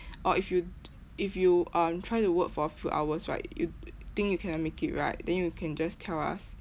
oh if you if you uh try to work for a few hours right you think you cannot make it right then you can just tell us